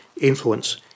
influence